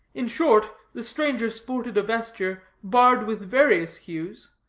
in short, the stranger sported a vesture barred with various hues,